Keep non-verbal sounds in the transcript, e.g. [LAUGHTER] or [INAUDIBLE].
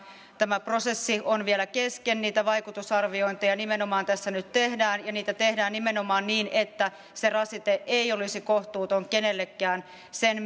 tämä prosessi on vielä kesken niitä vaikutusarviointeja tässä nyt nimenomaan tehdään ja niitä tehdään nimenomaan niin että se rasite ei olisi kohtuuton kenellekään sen [UNINTELLIGIBLE]